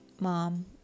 mom